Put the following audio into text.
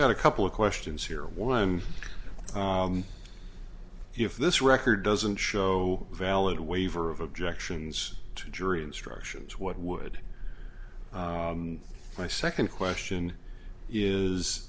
got a couple of questions here one if this record doesn't show a valid waiver of objections to jury instructions what would my second question